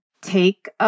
take